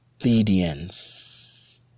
obedience